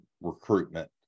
recruitment